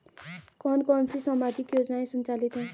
कौन कौनसी सामाजिक योजनाएँ संचालित है?